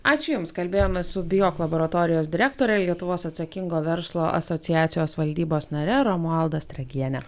ačiū jums kalbėjome su bijok laboratorijos direktore lietuvos atsakingo verslo asociacijos valdybos nare romualda stragiene